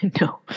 No